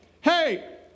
Hey